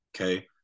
okay